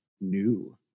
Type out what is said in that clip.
new